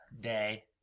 day